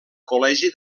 col·legi